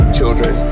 children